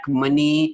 money